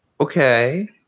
Okay